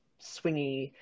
swingy